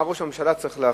מה ראש הממשלה צריך להחליט,